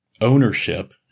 ownership